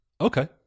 Okay